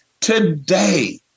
today